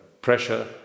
pressure